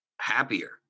happier